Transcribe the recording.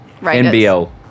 NBL